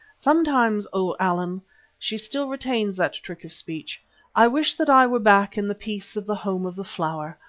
sometimes, o allan she still retains that trick of speech i wish that i were back in the peace of the home of the flower.